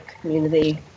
community